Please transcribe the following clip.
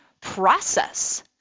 process